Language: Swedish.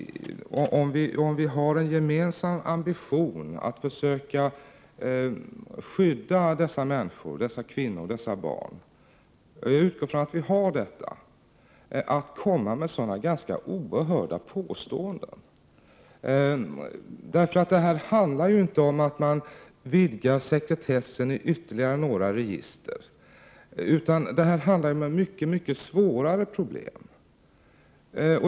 Om vi har en gemensam ambition att försöka skydda dessa människor, dessa kvinnor och barn — jag utgår ifrån att vi har det — vad tjänar det då till att komma med sådana ganska oerhörda påståenden? Det handlar ju inte om att vidga sekretessen i ytterligare några register utan om mycket svårare problem.